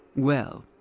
well,